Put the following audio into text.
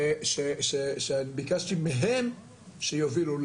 שביקשתי מהם שיובילו.